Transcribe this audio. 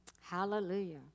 Hallelujah